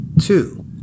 Two